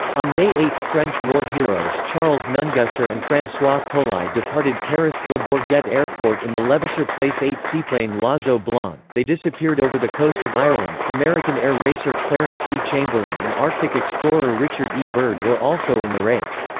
on may eight french war heroes charles nungesser and francois coli departed paris le bourget airport in the levasseur pl eight seaplane l'oiseau blanc they disappeared over the coast of ireland american air racer clarence d. chamberlin and arctic explorer richard e. byrd were also in the race.